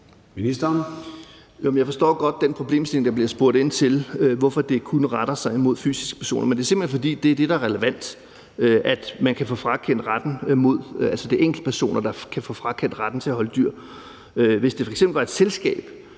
Jeg forstår godt den problemstilling, der bliver spurgt ind til, altså hvorfor det kun retter sig mod fysiske personer. Men det er simpelt hen, fordi det er det, der er relevant, altså at det er enkeltpersoner, der kan få frakendt retten til at holde dyr. Hvis det f.eks. var et selskab,